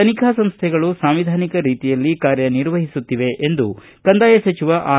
ತನಿಖಾ ಸಂಸ್ಥೆಗಳು ಸಾಂವಿಧಾನಿಕ ರೀತಿಯಲ್ಲಿ ಕಾರ್ಯ ನಿರ್ವಹಿಸುತ್ತಿವೆ ಎಂದು ಕಂದಾಯ ಸಚಿವ ಆರ್